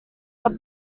but